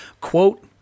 Quote